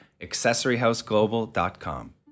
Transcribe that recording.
AccessoryHouseGlobal.com